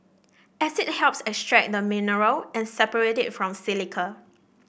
acid helps extract the mineral and separate it from silica